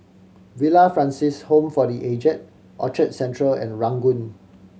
Villa Francis Home for The Aged Orchard Central and Ranggung